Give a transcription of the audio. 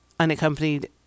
Unaccompanied